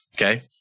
Okay